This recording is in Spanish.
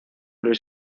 luis